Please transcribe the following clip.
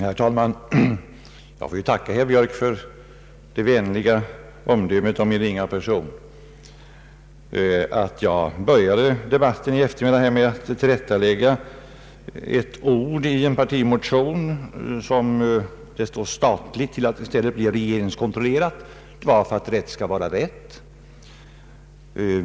Herr talman! Jag får tacka herr Björk för det vänliga omdömet om min ringa person. Jag började debatten före middagen med att tillrättalägga ett ord i vår partimotion — i stället för ”statlig” skall det stå ”regeringskontrollerad” — och jag gjorde det därför att rätt skall vara rätt.